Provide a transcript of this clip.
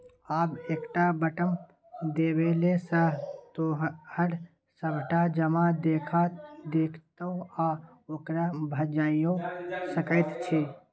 आब एकटा बटम देबेले सँ तोहर सभटा जमा देखा देतौ आ ओकरा भंजाइयो सकैत छी